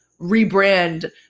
rebrand